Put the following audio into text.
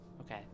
Okay